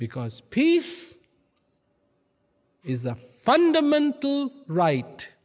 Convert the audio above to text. because peace is the fundamental right